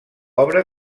obra